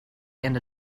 and